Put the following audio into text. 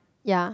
ya